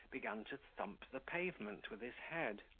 began to thump the pavement with his head.